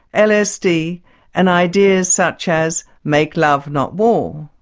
lsd and ideas such as make love, not war'.